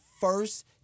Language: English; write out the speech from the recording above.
first